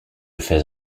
fais